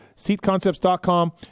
Seatconcepts.com